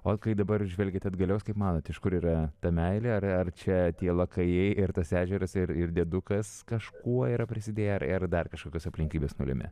o kai dabar žvelgiat atgalios kaip manot iš kur yra ta meilė ar ar čia tie lakajai ir tas ežeras ir ir dėdukas kažkuo yra prisidėję ar ir dar kažkokios aplinkybės nulėmė